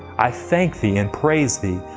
i thank thee, and praise thee,